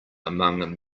among